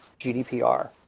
GDPR